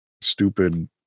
stupid